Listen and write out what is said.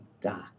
dark